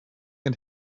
and